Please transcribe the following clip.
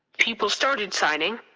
people started signing.